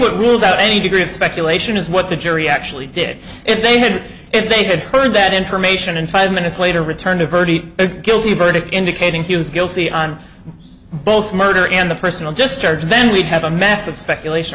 what ruled out any degree of speculation is what the jury actually did if they had if they had heard that information and five minutes later returned a verdict of guilty verdict indicating he was guilty on both murder and a personal just charge then we'd have a massive speculation